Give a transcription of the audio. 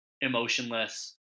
emotionless